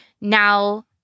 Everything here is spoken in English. Now